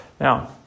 Now